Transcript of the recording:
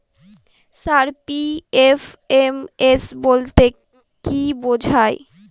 Sir PFMS বলতে কি বোঝায়?